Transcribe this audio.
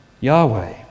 Yahweh